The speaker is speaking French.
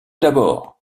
d’abord